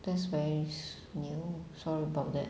that's very new sorry about that